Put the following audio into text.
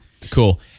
Cool